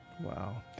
Wow